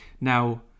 Now